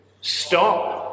stop